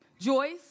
Joyce